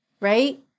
right